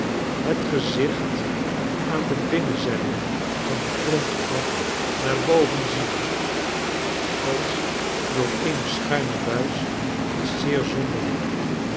het gezicht aan de binnenzijde van den grond af naar boven ziende als door eene schuine buis is zeer zonderling